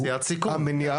המניעה,